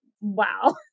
wow